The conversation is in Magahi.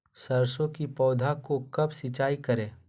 सरसों की पौधा को कब सिंचाई करे?